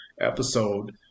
episode